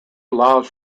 allows